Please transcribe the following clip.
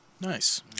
Nice